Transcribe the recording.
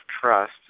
trust